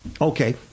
Okay